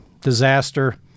disaster